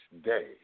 day